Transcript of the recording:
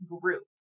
group